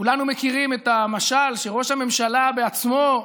כולנו מכירים את המשל שראש הממשלה בעצמו,